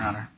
ana